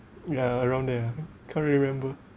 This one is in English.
ya around there lah can't remember